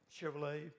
Chevrolet